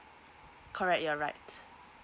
correct you're right